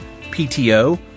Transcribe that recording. PTO